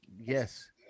yes